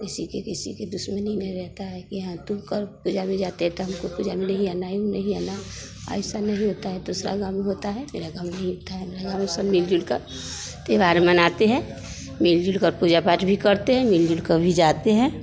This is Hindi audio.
किसी के किसी के दुश्मनी में रहता है कि हाँ तू कर पूजा भी जाते है तो हमको पूजा में नहीं आना है ई नहीं आना ऐसा नहीं होता है दुसरा गाँव में होता है मेरा गाँव में नहीं होता है मेरा गाँव में सब मिल जुल कर त्यौहार मनाते हैं मिल जुल कर पूजा पाठ भी करते हैं मिल जुल कर भी जाते हैं